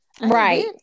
right